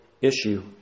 issue